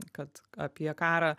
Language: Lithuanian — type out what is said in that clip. kad apie karą